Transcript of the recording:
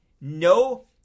no